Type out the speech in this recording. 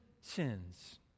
sins